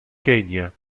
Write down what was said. kenya